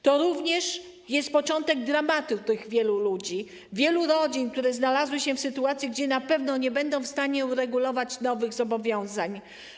To również jest początek dramatu dla wielu tych ludzi, wielu rodzin, które znalazły się w sytuacji, gdy na pewno nie będą w stanie uregulować nowych zobowiązań.